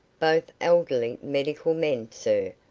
both elderly medical men, sir,